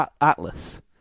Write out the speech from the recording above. Atlas